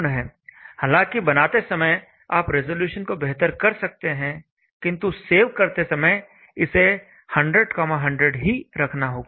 हालांकि बनाते समय आप रेज़लुशन को बेहतर कर सकते हैं किंतु सेव करते समय इसे 100 100 ही रखना होगा